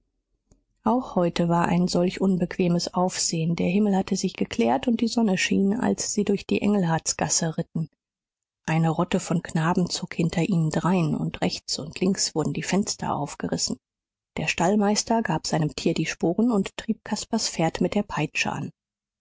auch heute war solch ein unbequemes aufsehen der himmel hatte sich geklärt und die sonne schien als sie durch die engelhardtsgasse ritten eine rotte von knaben zog hinter ihnen drein und rechts und links wurden die fenster aufgerissen der stallmeister gab seinem tier die sporen und trieb caspars pferd mit der peitsche an